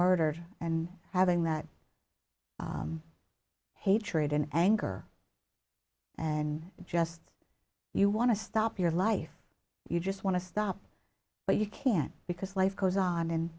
murdered and having that hatred and anger and just you want to stop your life you just want to stop but you can't because life goes on and